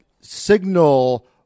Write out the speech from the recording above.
signal